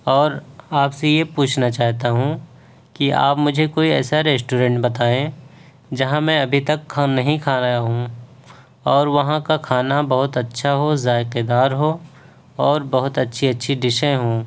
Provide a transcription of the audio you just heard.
اور آپ سے یہ پوچھنا چاہتا ہوں کہ آپ مجھے کوئی ایسا ریسٹورنٹ بتائیں جہاں میں ابھی تک کھانا نہیں کھایا ہوں اور وہاں کا کھانا بہت اچھا ہو ذائقے دار ہو اور بہت اچھی اچھی ڈشیں ہوں